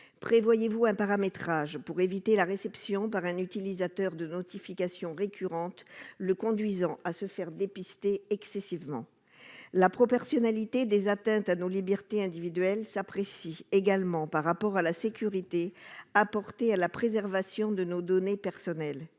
Prévoyez-vous un paramétrage pour éviter à un utilisateur de recevoir des notifications récurrentes le conduisant à se faire dépister de manière excessive ? La proportionnalité des atteintes à nos libertés individuelles s'apprécie également en fonction de la sécurité apportée à la préservation de nos données personnelles.